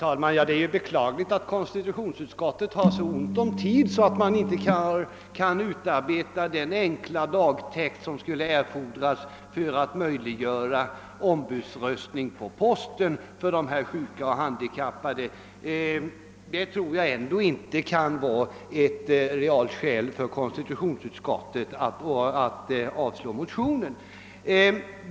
Herr talman! Det är beklagligt att konstitutionsutskottet hade så ont om tid att utskottet inte kunde utforma den enkla lagtext som skulle erfordras för att möjliggöra ombudsröstning på posten för dessa sjuka och handikappade. Jag tror inte att detta kan vara ett reellt skäl för konstitutionsutskottet att avstyrka motionerna.